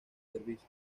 servicios